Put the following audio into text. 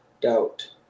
doubt